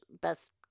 best